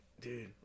dude